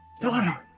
Daughter